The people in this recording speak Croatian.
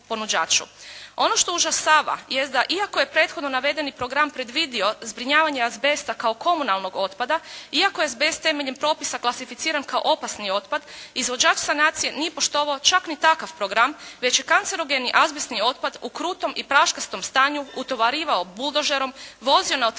Ono što užasava jest da iako je prethodno navedeni program predvidio zbrinjavanje azbesta kao komunalnog otpada, iako je azbest temeljem propisa klasificiran kao opasni otpad izvođač sanacije nije poštovao čak ni takav program već je kancerogeni azbestni otpad u krutom i praškastom stanju utovarivao buldožderom, vozio na otvorenim